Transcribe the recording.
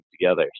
together